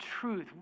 truth